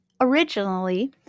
originally